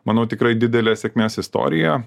manau tikrai didelė sėkmės istorija